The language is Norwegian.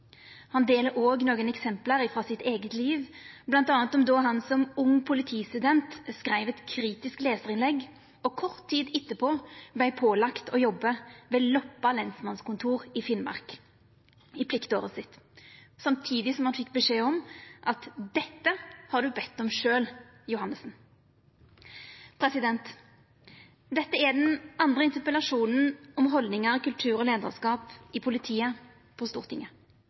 Han deler også nokre eksempel frå sitt eige liv, bl.a. om då han som ung politistudent skreiv eit kritisk lesarinnlegg og kort tid etterpå vart pålagd å jobba ved Loppa lensmanskontor i Finnmark i pliktåret sitt, samtidig som han fekk beskjed om at «dette har du bedt om sjølv, Johannessen». Dette er den andre interpellasjonen på Stortinget om haldningar, kultur og leiarskap i politiet.